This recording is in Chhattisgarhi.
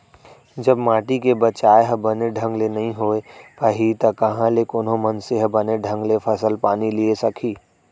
जब माटी के बचाय ह बने ढंग ले नइ होय पाही त कहॉं ले कोनो मनसे ह बने ढंग ले फसल पानी लिये सकही